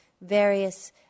various